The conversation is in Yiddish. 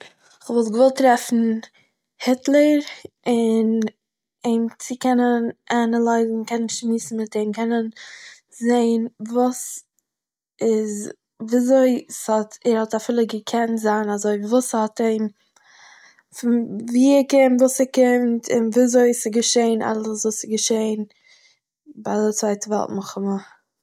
איך וואלט געוואלט טרעפן היטלער און אים צו קענען אנעלייזן, קענען שמועסן מיט אים, קענען זעהן וואס איז- וויאזוי ס'האט- ער האט אפילו געקענט זיין אזוי, וואס האט אים צו- ווי ער קען, וואס ער קען און וויאזוי ס'איז געשען אלעס וואס ס'איז געשען ביי צייט נאכאמאל